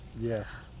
Yes